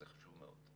זה חשוב מאוד.